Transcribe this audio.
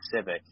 Civic